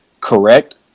correct